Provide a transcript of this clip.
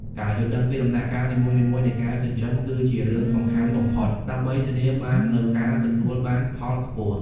ការយល់ដឹងពីដំណាក់កាលនីមួយៗនៃការចិញ្ចឹមគឺជារឿងសំខាន់បំផុត ដើម្បីធានាបាននូវការទទួលបានផលខ្ពស់។